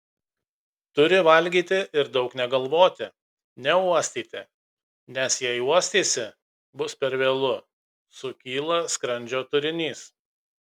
turi valgyti ir daug negalvoti neuostyti nes jei uostysi bus per vėlu sukyla skrandžio turinys